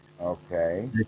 okay